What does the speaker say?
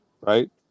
right